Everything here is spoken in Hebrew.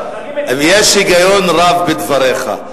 יש היגיון רב בדבריך,